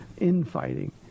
infighting